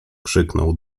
krzyknął